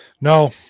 No